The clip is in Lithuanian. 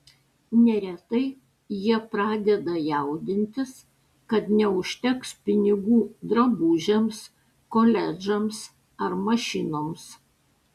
neretai jie pradeda jaudintis kad neužteks pinigų drabužiams koledžams ar mašinoms